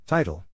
Title